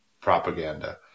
propaganda